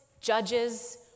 judges